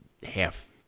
half